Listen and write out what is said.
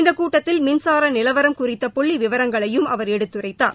இந்தகூட்டத்தில் மின்சாரநிலவரம் குறிதத புள்ளிவிவரங்களையும் அவர் எடுத்துரைத்தார்